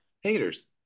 Haters